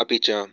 अपि च